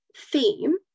theme